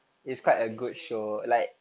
that's a good show